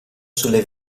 sulle